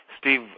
Steve